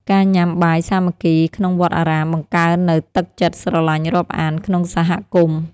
ការញ៉ាំបាយសាមគ្គីក្នុងវត្តអារាម បង្កើននូវទឹកចិត្តស្រឡាញ់រាប់អានក្នុងសហគមន៍។